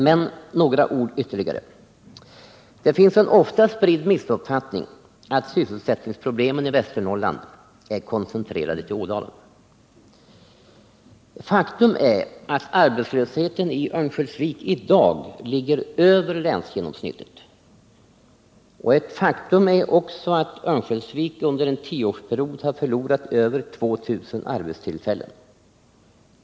Men några ord ytterligare: det finns en allmänt spridd missuppfattning, att sysselsättningsproblemen i Västernorrland är koncenterarade till Ådalen. Faktum är att arbetslösheten i Örnsköldsvik i dag ligger över länsgenomsnittet. Faktum är också att Örnsköldsvik under en tioårsperiod har förlorat över 2 000 arbetstillfällen.